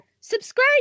Subscribe